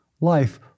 life